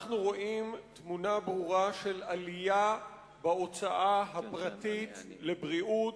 אנחנו רואים תמונה ברורה של עלייה בהוצאה הפרטית על בריאות,